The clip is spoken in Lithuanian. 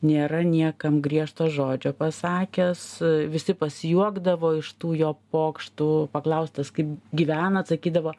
nėra niekam griežto žodžio pasakęs visi pasijuokdavo iš tų jo pokštų paklaustas kaip gyvena atsakydavo